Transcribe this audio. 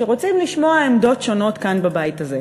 שרוצים לשמוע עמדות שונות כאן בבית הזה.